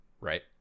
right